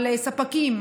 על ספקים,